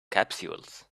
capsules